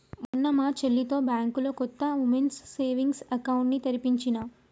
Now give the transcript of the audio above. మొన్న మా చెల్లితో బ్యాంకులో కొత్త వుమెన్స్ సేవింగ్స్ అకౌంట్ ని తెరిపించినా